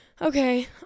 Okay